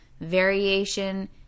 variation